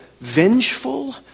vengeful